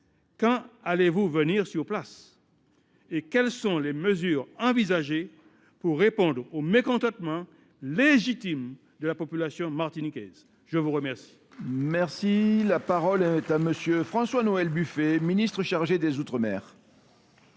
quand allez vous venir sur place ? Et quelles sont les mesures envisagées pour répondre au mécontentement légitime de la population martiniquaise ? La parole